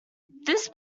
this